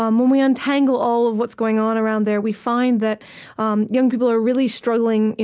um when we untangle all of what's going on around there, we find that um young people are really struggling,